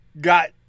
got